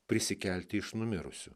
prisikelti iš numirusių